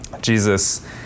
Jesus